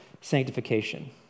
sanctification